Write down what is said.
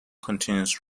continuous